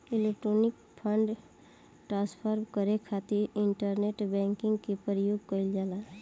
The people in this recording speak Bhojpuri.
इलेक्ट्रॉनिक फंड ट्रांसफर करे खातिर इंटरनेट बैंकिंग के प्रयोग कईल जाला